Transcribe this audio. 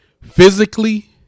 Physically